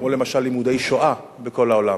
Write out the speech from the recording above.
כמו למשל לימודי השואה בכל העולם,